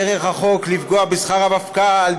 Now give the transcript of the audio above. דרך החוק לפגוע בשכר המפכ"ל,